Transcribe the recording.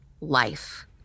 life